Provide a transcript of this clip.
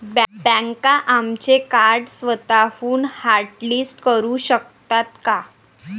बँका आमचे कार्ड स्वतःहून हॉटलिस्ट करू शकतात का?